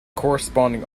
corresponding